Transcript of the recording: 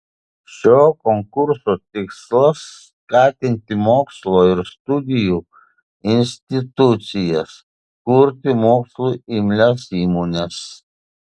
šio konkurso tikslas skatinti mokslo ir studijų institucijas kurti mokslui imlias įmones